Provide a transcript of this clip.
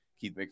Keith